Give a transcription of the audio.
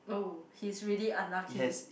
oh he's really unlucky